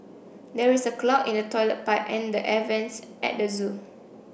there is a clog in the toilet pipe and the air vents at the zoo